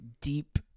deep